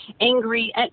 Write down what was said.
Angry